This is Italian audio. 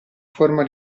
forma